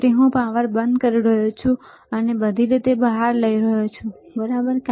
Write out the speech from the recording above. તેથી હું પાવર બંધ કરી રહ્યો છું હું તેને બધી રીતે બહાર લઈ રહ્યો છું બરાબર